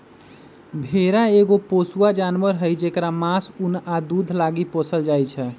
भेड़ा एगो पोसुआ जानवर हई जेकरा मास, उन आ दूध लागी पोसल जाइ छै